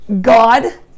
God